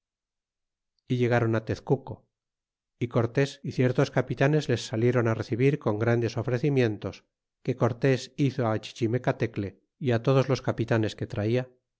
y llegaron á tezcuco y cortes y ciertos capitanes les salieron á recibir con grandes ofrecimientos que cortés hizo a chichimecatecle y á todos los capitanes que trajo